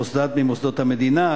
מוסד ממוסדות המדינה,